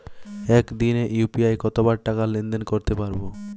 একদিনে ইউ.পি.আই কতবার টাকা লেনদেন করতে পারব?